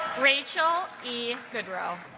rachel ian good row